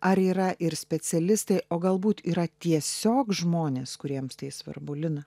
ar yra ir specialistai o galbūt yra tiesiog žmonės kuriems tai svarbu lina